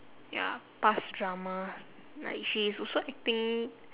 ya past drama like she's also acting